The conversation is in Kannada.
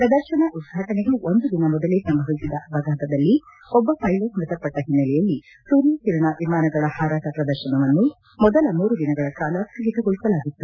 ಪ್ರದರ್ಶನ ಉದ್ಘಾಟನೆಗೂ ಒಂದು ದಿನ ಮೊದಲೇ ಸಂಭವಿಸಿದ ಅಪಘಾತದಲ್ಲಿ ಒಬ್ಬ ಪೈಲಟ್ ಮೃತಪಟ್ನ ಹಿನ್ನಲೆಯಲ್ಲಿ ಸೂರ್ಯಕಿರಣ ವಿಮಾನಗಳ ಹಾರಾಟ ಪ್ರದರ್ಶನವನ್ನು ಮೊದಲ ಮೂರುದಿನಗಳ ಕಾಲ ಸ್ಥಗಿತಗೊಳಿಸಲಾಗಿತ್ತು